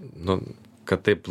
nu kad taip